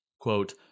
Quote